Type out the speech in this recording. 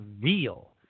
real